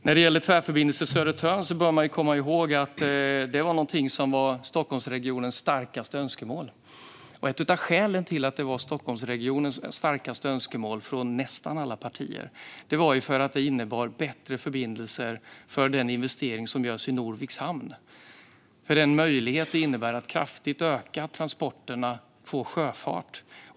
När det gäller Tvärförbindelse Södertörn bör man komma ihåg att den var Stockholmsregionens starkaste önskemål. Ett av skälen till att nästan alla partier i Stockholmregionen hade detta som sitt starkaste önskemål var att det innebar bättre förbindelser för den investering som görs i Norviks hamn. Det innebär en möjlighet att kraftigt öka transporterna på sjöfart.